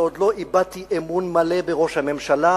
ועוד לא איבדתי אמון מלא בראש הממשלה,